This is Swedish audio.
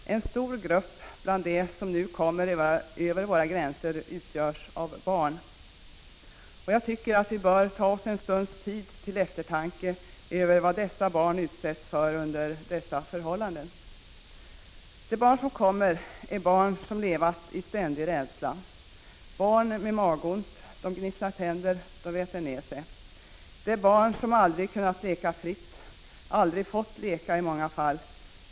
En stor grupp bland dem som nu kommer över våra gränser utgörs av barn. Vi borde ta oss tid för en stund av eftertanke över vad barnen utsätts för under dessa förhållanden. De barn som kommer hit har levt i ständig rädsla. De har magont, de gnisslar tänder, och de väter ner sig. Det är barn som aldrig har kunnat leka fritt, och i många fall har de aldrig fått leka.